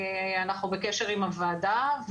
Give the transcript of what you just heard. אנחנו בקשר עם הוועדה.